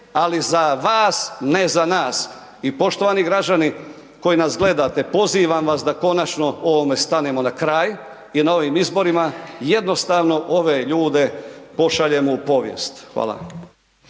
ali za vas, ne za nas. I poštovani građani koji nas gledate pozivam vas da konačno ovome stanemo na kraj i na ovim izborima jednostavno ove ljude pošaljemo u povijest. Hvala.